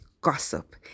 gossip